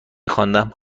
خواندم